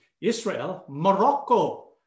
Israel-Morocco